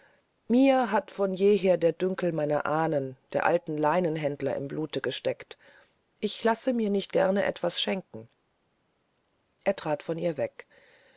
mir hat von jeher der dünkel meiner ahnen der alten leinenhändler im blute gesteckt ich lasse mir nicht gern etwas schenken er trat von ihr weg